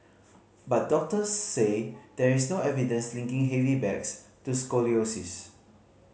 but doctors say there is no evidence linking heavy bags to scoliosis